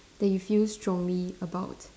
that you feel strongly about